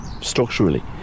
structurally